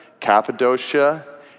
Cappadocia